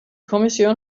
kommission